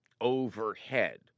overhead